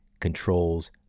controls